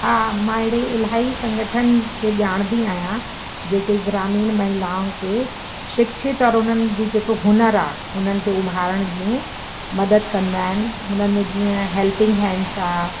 हा मां अहिड़ी इलाही संगठन खे ॼाणंदी आहियां जेके ग्रामीण महिलाऊं खे शिक्षित और हुननि जी जेको हुनरु आहे हुननि खे उभारण में मदद कंदा आहिनि हुननि में जीअं हेल्पिंग हैंड्स आहे